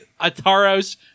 Ataros